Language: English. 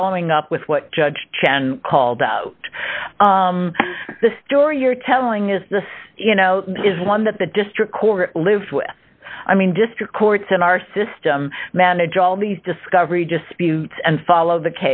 following up with what judge chan called the story you're telling is you know is one that the district court live i mean district courts in our system manage all these discovery disputes and follow the